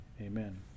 Amen